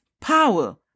power